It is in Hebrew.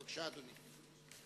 בבקשה, אדוני.